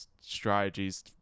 strategies